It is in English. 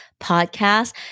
podcast